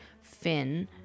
Finn